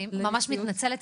אני ממש מתנצלת,